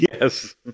Yes